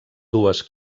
dues